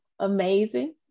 amazing